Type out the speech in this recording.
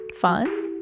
fun